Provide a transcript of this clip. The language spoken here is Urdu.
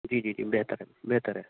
جی جی جی بہتر ہے بہتر ہے